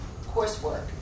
coursework